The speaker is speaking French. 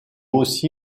aussi